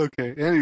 Okay